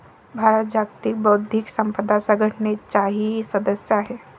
भारत जागतिक बौद्धिक संपदा संघटनेचाही सदस्य आहे